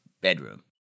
bedroom